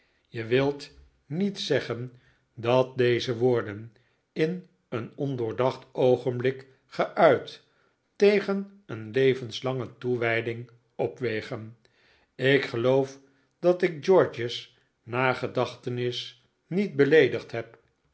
je wilt niet zeggen dat deze woorden in een ondoordacht oogenblik geuit tegen een levenslange toewijding opwegen ik geloof dat ik george's nagedachtenis niet beleedigd heb